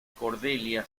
cordelia